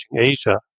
Asia